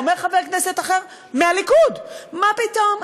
אומר חבר כנסת אחר, מהליכוד: מה פתאום?